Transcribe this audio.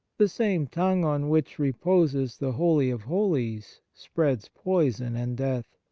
the same tongue on which reposes the holy of holies spreads poison and death!